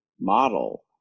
model